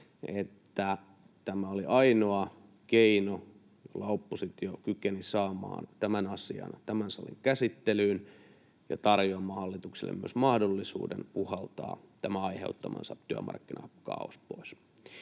tämä oli ainoa keino, jolla oppositio kykeni saamaan tämän asian tämän salin käsittelyyn ja tarjoamaan hallitukselle myös mahdollisuuden puhaltaa tämä aiheuttamansa työmarkkinakaaos pois.